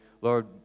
Lord